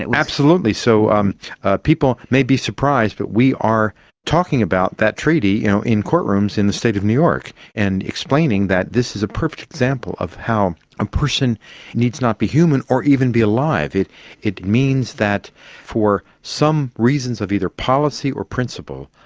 absolutely. so um ah people may be surprised, but we are talking about that treaty you know in courtrooms in the state of new york and explaining that this is a perfect example of how a person needs not be human or even be alive. it it means that for some reasons of either policy or principle,